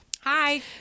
Hi